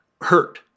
hurt